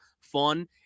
fun